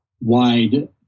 wide